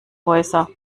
häuser